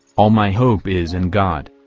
all my hope is in god,